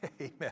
amen